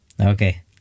Okay